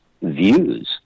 views